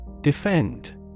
Defend